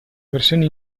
versione